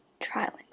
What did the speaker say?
trilingual